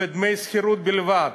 ודמי שכירות בלבד,